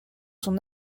son